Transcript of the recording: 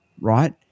right